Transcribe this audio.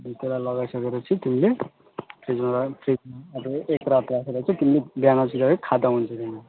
अनि त्यसलाई लगाइसकेर चाहिँ तिमीले फ्रिजमा ला फ्रिज एक रात राखेर चाहिँ तिमीले बिहानतिर है खाँदा हुन्छ बिहान